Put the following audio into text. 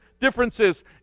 differences